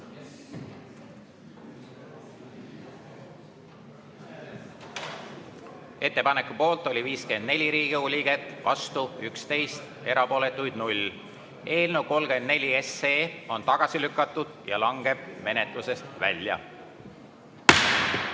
Ettepaneku poolt oli 54 Riigikogu liiget, vastu 11, erapooletuid 0. Eelnõu 34 on tagasi lükatud ja langeb menetlusest välja.